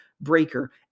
Breaker